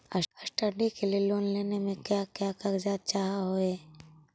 Study के लिये loan लेने मे का क्या कागजात चहोये?